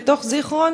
לתוך זיכרון,